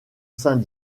saint